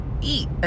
eat